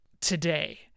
today